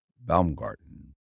Baumgarten